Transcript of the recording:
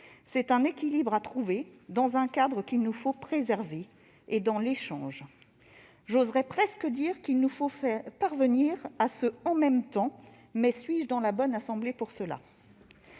C'est un équilibre à trouver, dans un cadre qu'il nous faut préserver et par l'échange. J'oserai presque dire qu'il nous faut parvenir à ce « en même temps », mais suis-je dans la bonne assemblée pour cela ?